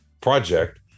project